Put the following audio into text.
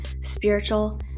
spiritual